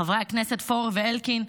חברי הכנסת פורר ואלקין.